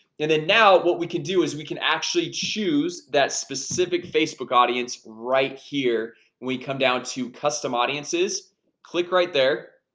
then then now what we can do is we can actually choose that specific facebook audience right here we come down to custom audiences click right there,